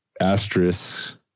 Asterisk